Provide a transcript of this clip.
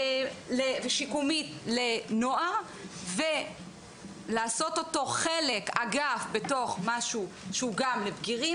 ושיקומית לנוער ולעשות אותו חלק אגף בתוך משהו שהוא גם לבגירים,